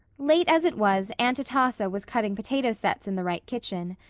late as it was aunt atossa was cutting potato sets in the wright kitchen.